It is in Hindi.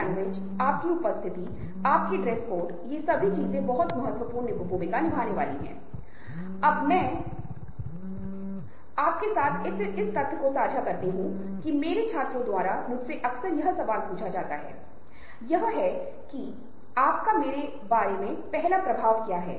मानवीय संपर्क जब उन चीजों की बात आती है जिन्हें आपको ध्यान में रखने की आवश्यकता होती है जब आप नेटवर्किंग विकसित कर रहे होते हैं तो वास्तविक होना चाहिए दोस्त बनाये केवल कांटेक्ट न बनाये वे केवल व्यवसायिक लोग नहीं हैं